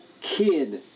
kid